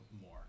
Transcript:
more